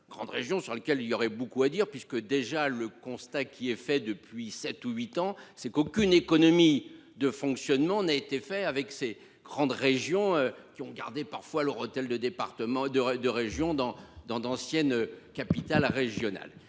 grande région sur lequel il y aurait beaucoup à dire puisque déjà le constat qui est fait depuis 7 ou 8 ans, c'est qu'aucune économie de fonctionnement n'a été fait avec ces grandes régions qui ont gardé parfois leur hôtel de département de de régions dans dans d'anciennes capitales régionales